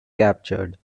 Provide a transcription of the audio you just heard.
captured